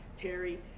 Terry